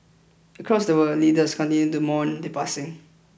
across the world leaders continued to mourn the passing